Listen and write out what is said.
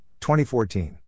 2014